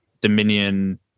dominion